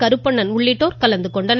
கருப்பணன் உள்ளிட்டோர் கலந்து கொண்டனர்